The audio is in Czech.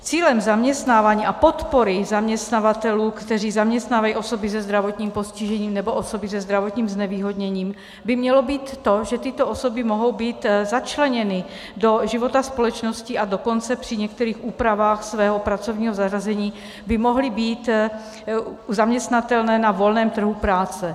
Cílem zaměstnávání a podpory zaměstnavatelů, kteří zaměstnávají osoby se zdravotním postižením nebo osoby se zdravotním znevýhodněním, by mělo být to, že tyto osoby mohou být začleněny do života společnosti, a dokonce při některých úpravách svého pracovního zařazení by mohly být zaměstnatelné na volném trhu práce.